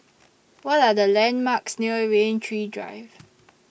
What Are The landmarks near Rain Tree Drive